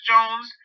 Jones